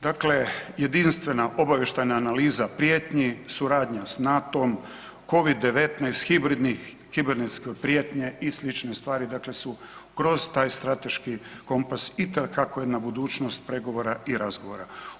Dakle, jedinstva obavještajna analiza prijetnji, suradnja sa NATO-om, COVID-19. kibernetske prijetnje i slične stvari dakle su kroz taj strateški kompas itekako je na budućnost pregovora i razgovora.